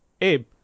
Abe